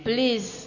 Please